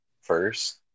first